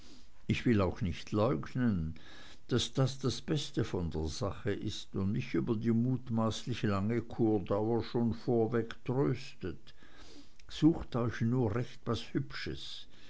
ich will auch nicht leugnen daß das das beste von der sache ist und mich über die mutmaßlich lange kurdauer schon vorweg tröstet sucht euch nur recht was hübsches